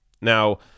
now